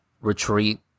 retreat